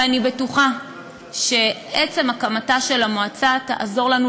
ואני בטוחה שהקמתה של המועצה תעזור לנו